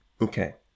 Okay